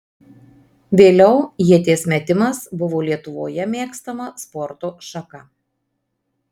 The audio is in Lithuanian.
vėliau ieties metimas buvo lietuvoje mėgstama sporto šaka